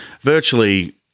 virtually